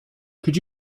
could